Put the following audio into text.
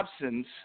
absence